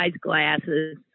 glasses